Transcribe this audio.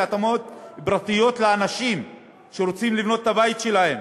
אדמות פרטיות של אנשים שרוצים לבנות את הבית שלהם